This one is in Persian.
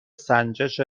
سنجش